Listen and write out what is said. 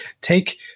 take –